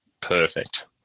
perfect